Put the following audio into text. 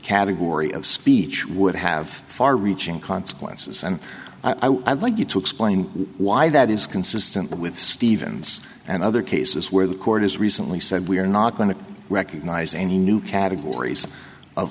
category of speech would have far reaching consequences and i would like you to explain why that is consistent with stevens and other cases where the court has recently said we are not going to recognize any new categories of